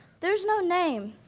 there's no name.